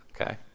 Okay